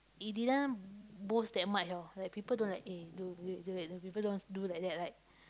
he didn't boast that much orh like people don't like eh the people don't do like that like